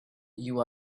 you